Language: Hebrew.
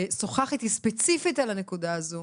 ושוחח איתי ספציפית על הנקודה הזו.